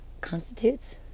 Constitutes